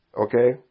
Okay